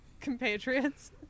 compatriots